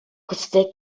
questa